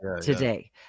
today